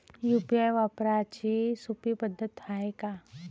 UPI वापराची सोपी पद्धत हाय का?